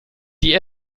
die